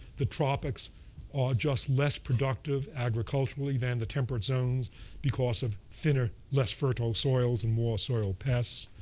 the tropics are just less productive agriculturally than the temperate zones because of thinner, less fertile soils and more soil pests,